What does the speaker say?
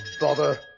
bother